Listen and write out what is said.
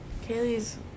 Kaylee's